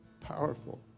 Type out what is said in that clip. powerful